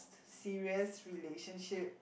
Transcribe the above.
serious relationship